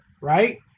right